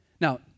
Now